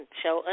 show